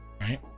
Right